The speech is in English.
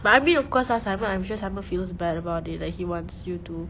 but I mean of course ah simon I'm sure simon feels bad about it like he wants you to